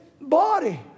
body